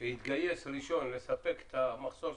שהתגייס ראשון לספק את המחסור,